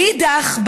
מאידך,